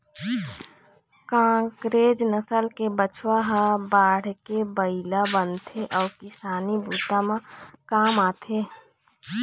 कांकरेज नसल के बछवा ह बाढ़के बइला बनथे अउ किसानी बूता म काम आथे